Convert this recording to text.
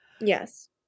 Yes